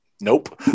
nope